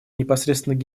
непосредственно